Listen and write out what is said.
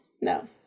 No